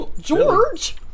George